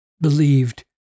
believed